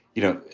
you know,